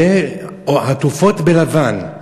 עטופות בלבן.